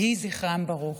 יהי זכרם ברוך.